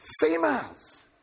Females